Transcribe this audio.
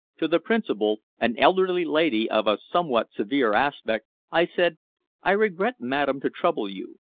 to the principal, an elderly lady of a somewhat severe aspect, i said i regret, madam, to trouble you,